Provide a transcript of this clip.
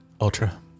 ultra